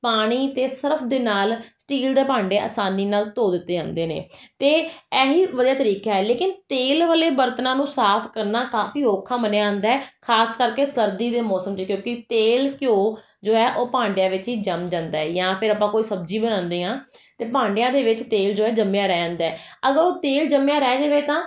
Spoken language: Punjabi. ਪਾਣੀ ਅਤੇ ਸਰਫ ਦੇ ਨਾਲ ਸਟੀਲ ਦੇ ਭਾਂਡੇ ਆਸਾਨੀ ਨਾਲ ਧੋ ਦਿੱਤੇ ਜਾਂਦੇ ਨੇ ਅਤੇ ਇਹੀ ਵਧੀਆ ਤਰੀਕਾ ਲੇਕਿਨ ਤੇਲ ਵਾਲੇ ਬਰਤਨਾਂ ਨੂੰ ਸਾਫ ਕਰਨਾ ਕਾਫੀ ਔਖਾ ਮੰਨਿਆ ਜਾਂਦਾ ਖਾਸ ਕਰਕੇ ਸਰਦੀ ਦੇ ਮੌਸਮ 'ਚ ਕਿਉਂਕਿ ਤੇਲ ਘਿਓ ਜੋ ਹੈ ਉਹ ਭਾਂਡਿਆਂ ਵਿੱਚ ਹੀ ਜੰਮ ਜਾਂਦਾ ਜਾਂ ਫਿਰ ਆਪਾਂ ਕੋਈ ਸਬਜ਼ੀ ਬਣਾਉਂਦੇ ਹਾਂ ਅਤੇ ਭਾਂਡਿਆਂ ਦੇ ਵਿੱਚ ਤੇਲ ਜੋ ਜੰਮਿਆ ਰਹਿ ਜਾਂਦਾ ਅਗਰ ਉਹ ਤੇਲ ਜੰਮਿਆ ਰਹਿ ਜਾਵੇ ਤਾਂ